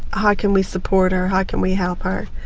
how can we support her, how can we help her,